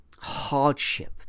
hardship